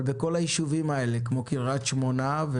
לכל היישובים האלה קריית שמונה,